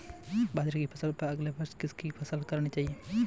बाजरे की फसल पर अगले वर्ष किसकी फसल करनी चाहिए?